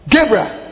Gabriel